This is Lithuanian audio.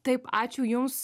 taip ačiū jums